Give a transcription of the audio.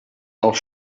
auch